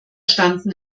standen